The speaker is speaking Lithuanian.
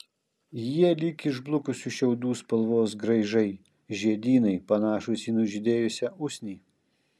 jie lyg išblukusių šiaudų spalvos graižai žiedynai panašūs į nužydėjusią usnį